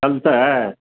चलतै